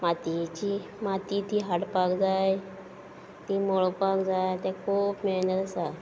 मातयेचीं माती ती हाडपाक जाय ती मळपाक जाय तें खूब मेहनत आसा